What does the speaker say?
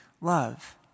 love